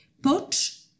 Pocz